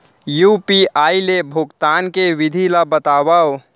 UPI ले भुगतान के विधि ला बतावव